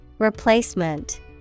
Replacement